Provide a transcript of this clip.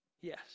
Yes